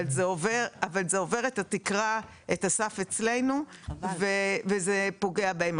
אבל זה עובר את הסף אצלנו וזה פוגע בהם.